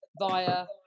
via